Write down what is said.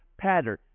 pattern